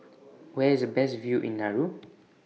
Where IS Best View in Nauru